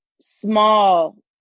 small